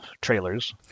trailers